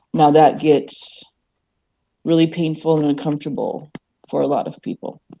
that gets really painful and uncomfortable for a lot of people.